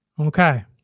Okay